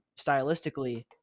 stylistically